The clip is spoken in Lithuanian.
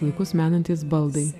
laikus menantys baldai